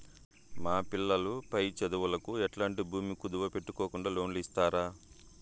మా పిల్లలు పై చదువులకు ఎట్లాంటి భూమి కుదువు పెట్టుకోకుండా లోను ఇస్తారా